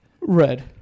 red